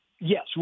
Yes